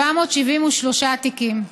773 תיקים.